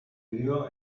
dio